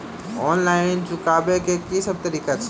Online ऋण चुकाबै केँ की सब तरीका अछि?